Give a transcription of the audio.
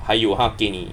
还有他给你